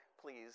please